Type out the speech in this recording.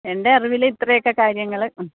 എൻ്റെ അറിവില് ഇത്രയൊക്കെ കാര്യങ്ങള് മ്മ്